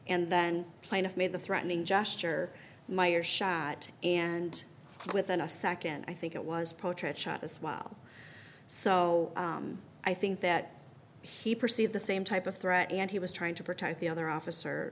and then plaintiff made the threatening gesture my ear shot and within a nd i think it was protract shot as well so i think that he perceived the same type of threat and he was trying to protect the other officer